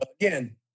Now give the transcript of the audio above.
again